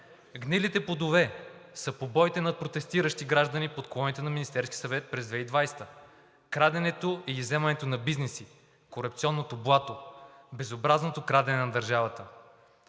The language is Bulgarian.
гнилите плодове са побоите над протестиращи граждани под колоните на Министерския съвет през 2020 г., краденето и изземването на бизнеси, корупционното блато, безобразното крадене на държавата.